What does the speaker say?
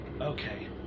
Okay